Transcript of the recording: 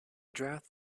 draft